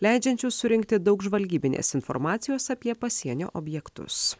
leidžiančiu surinkti daug žvalgybinės informacijos apie pasienio objektus